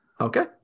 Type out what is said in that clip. Okay